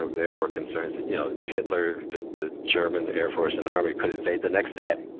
ah there were concerns that you know hitler, the the german air force and army could invade the next day,